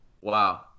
Wow